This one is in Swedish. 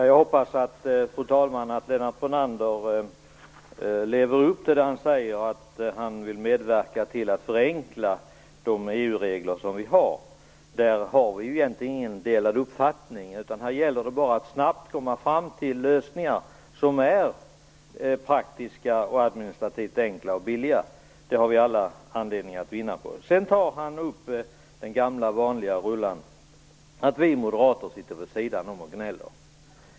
Fru talman! Jag hoppas att Lennart Brunander lever upp till det han säger, att han vill medverka till att förenkla de EU-regler som vi har. Där har vi ingen delad uppfattning. Det gäller bara att snabbt komma fram till lösningar som är praktiska, administrativt enkla och billiga. Det skulle vi alla vinna på. Lennart Brunander tog upp den gamla vanliga visan, att vi moderater sitter vid sidan av och gnäller.